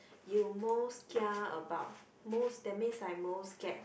you most kia about most that means like most scared